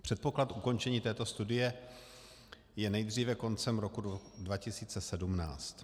Předpoklad ukončení této studie je nejdříve koncem roku 2017.